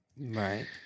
Right